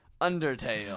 Undertale